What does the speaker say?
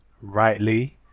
rightly